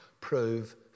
prove